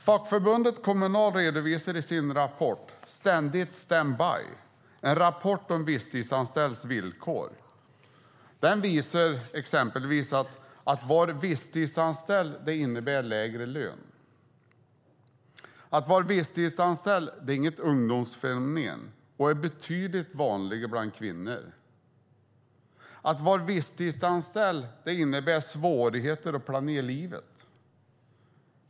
Fackförbundet Kommunal redovisar i sin rapport Ständigt standby - en rapport om visstidsanställdas villkor exempelvis följande: Att vara visstidsanställd innebär lägre lön. Att vara visstidsanställd är inget ungdomsfenomen och är betydligt vanligare bland kvinnor. Att vara visstidsanställd innebär svårigheter att planera livet.